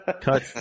Cut